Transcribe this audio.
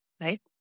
right